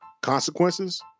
consequences